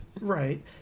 Right